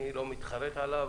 אני לא מתחרט עליו,